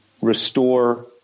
restore